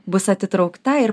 bus atitraukta ir